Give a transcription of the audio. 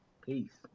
Peace